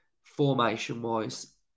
formation-wise